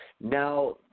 Now